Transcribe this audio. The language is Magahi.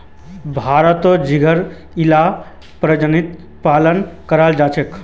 भारतोत झिंगार इला परजातीर पालन कराल जाहा